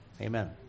amen